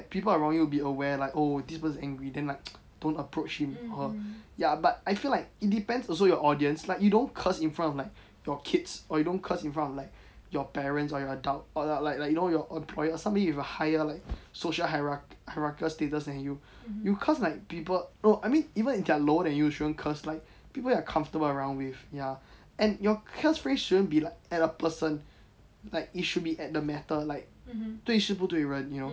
people are 容易 to be like aware like oh this person is angry then like don't approach him or her ya but I feel like it depends also your audience like you don't curse in front of like your kids or you don't curse in front of like your parents or your adults or like like your know your employers somebody with a higher like social hierar~hierarchy status than you you cause like people no I mean even if they are lower than you you shouldn't curse like people you are comfortable around with ya and your curse rate shouldn't be like at the person like it should be at the method like 对事不对人 you know